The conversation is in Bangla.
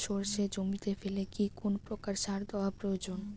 সর্ষে জমিতে ফেলে কি কোন প্রকার সার দেওয়া প্রয়োজন?